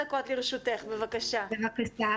דקות לרשותך, בבקשה.